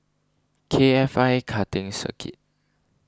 K F I Karting Circuit